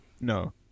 no